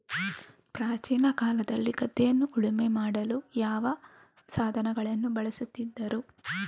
ಪ್ರಾಚೀನ ಕಾಲದಲ್ಲಿ ಗದ್ದೆಯನ್ನು ಉಳುಮೆ ಮಾಡಲು ಯಾವ ಸಾಧನಗಳನ್ನು ಬಳಸುತ್ತಿದ್ದರು?